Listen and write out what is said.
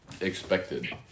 expected